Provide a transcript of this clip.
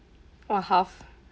uh half